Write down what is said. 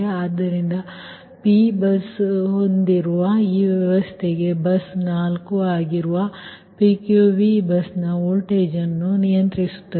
ಆದ್ದರಿಂದ Pಬಸ್ ಹೊಂದಿರುವ ಈ ವ್ಯವಸ್ಥೆಗೆ ಬಸ್ 4 ಆಗಿರುವ PQV ಬಸ್ನ ವೋಲ್ಟೇಜ್ ಅನ್ನು ನಿಯಂತ್ರಿಸುತ್ತದೆ